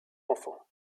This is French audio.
enfants